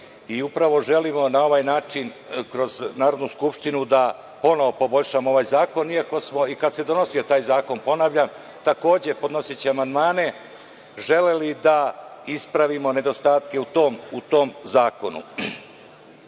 i upravo želimo na ovaj način kroz Narodnu skupštinu da ponovo poboljšamo ovaj zakon, iako smo i kada se donosio taj zakon, ponavljam, takođe podnoseći amandmane, želeli da ispravimo nedostatke u tom